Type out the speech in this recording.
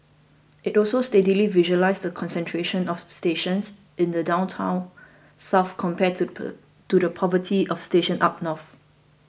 it also steadily visualises the concentration of stations in the downtown south compared to to the poverty of stations up north